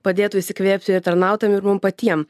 padėtų įsikvėpti ir tarnautojam ir mum patiem